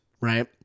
Right